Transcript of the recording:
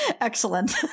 Excellent